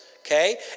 okay